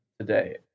today